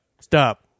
stop